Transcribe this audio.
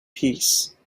peace